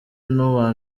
n’uwa